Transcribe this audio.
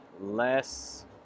less